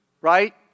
right